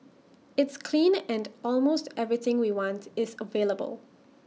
it's clean and almost everything we want is available